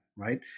right